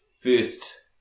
first